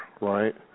right